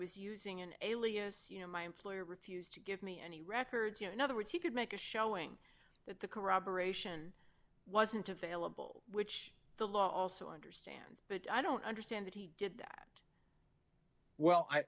was using an alias you know my employer refused to give me any records you know in other words he could make a showing that the corroboration wasn't available which the law also understands but i don't understand that he did that well